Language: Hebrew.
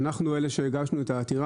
אנחנו אלה שהגשנו את העתירה,